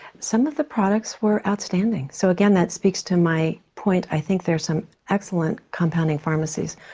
some of the products were outstanding, so again that speaks to my point i think there are some excellent compounding pharmacies,